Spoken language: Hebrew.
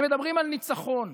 הם מדברים על ניצחון,